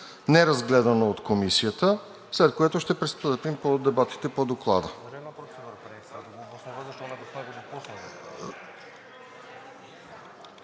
неразгледано от Комисията, след което ще пристъпим към дебатите по Доклада.